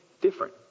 different